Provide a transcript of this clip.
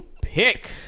pick